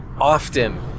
often